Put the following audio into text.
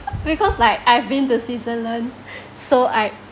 because like I've been to switzerland so I